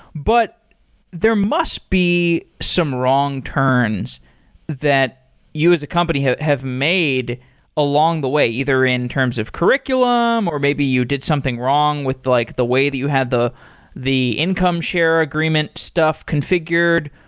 but there must be some wrong turns that you as a company that have made along the way, either in terms of curriculum, or maybe you did something wrong with like the way that you had the the income share agreement stuff configured.